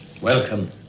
Welcome